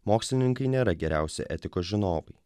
mokslininkai nėra geriausi etikos žinovai